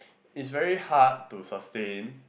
is very hard to sustain